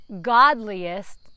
godliest